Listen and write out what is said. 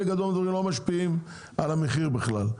גדול מהדברים לא משפיע על המחיר בכלל.